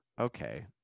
okay